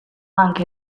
anche